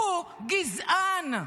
הוא גזען.